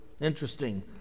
Interesting